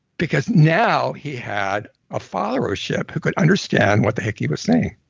because now he had a followership who could understand what the heck he was saying